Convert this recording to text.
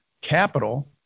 capital